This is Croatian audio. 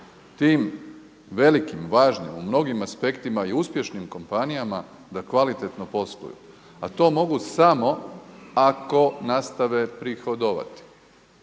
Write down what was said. tim velikim, važnim, u mnogim aspektima i uspješnim kompanijama da kvalitetno posluju a to mogu samo ako nastave prihodovati.